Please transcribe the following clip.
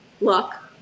luck